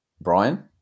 Brian